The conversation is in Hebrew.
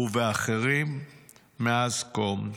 ובאחרים מאז קום המדינה.